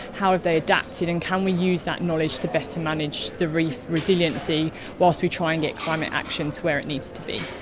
how have they adapted and can we use that knowledge to better manage the reef resiliency whilst we try and get climate actions where it needs to be.